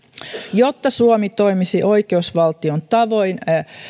jotta suomi toimisi oikeusvaltion tavoin